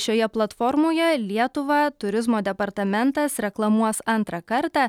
šioje platformoje lietuvą turizmo departamentas reklamuos antrą kartą